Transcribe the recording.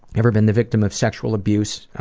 ever been the victim of sexual abuse?